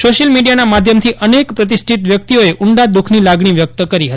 social મીડીયાના માધ્યમ થી અનેક પ્રતિષ્ઠિત વ્યક્તિઓએ ઉંડા દુઃખની લાગણી વયક્ત કરી હતી